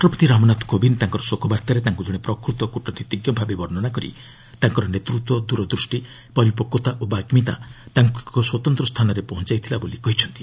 ରାଷ୍ଟ୍ରପତି ରାମନାଥ କୋବିନ୍ଦ ତାଙ୍କର ଶୋକବାର୍ତ୍ତାରେ ତାଙ୍କୁ ଜଣେ ପ୍ରକୃତ କୂଟନୀତିଜ୍ଞ ଭାବେ ବର୍ଷନା କରି ତାଙ୍କର ନେତୃତ୍ୱ ଦୂରଦୃଷ୍ଟି ପରିପକ୍ୱତା ଓ ବାଗ୍କିତା ତାଙ୍କୁ ଏକ ସ୍ୱତନ୍ତ ସ୍ଥାନରେ ପହଞ୍ଚାଇଥିଲା ବୋଲି କହିଛନ୍ତି